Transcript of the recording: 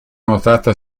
nuotata